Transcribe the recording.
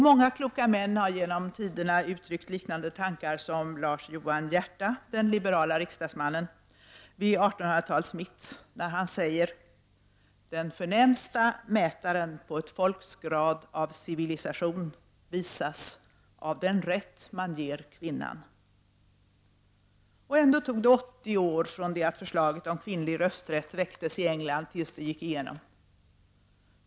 Många kloka män har genom tiderna uttryckt liknande saker som den liberale riksdagsmannen Lars Johan Hierta vid 1800-talets mitt när han sade: ”Den förnämsta mätaren på ett folks grad av civilisation visas av den rätt man ger kvinnan.” Ändå tog det 80 år från det att förslaget om kvinnlig rösträtt väcktes i England tills det gick igenom.